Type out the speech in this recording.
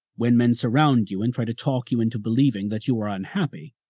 when men surround you and try to talk you into believing that you are unhappy,